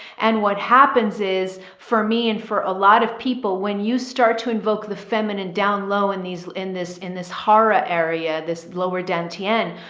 and what happens is for me and for a lot of people, when you start to invoke the feminine down low in these, in this, in this aura area, this lower dantian,